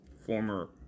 Former